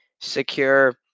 secure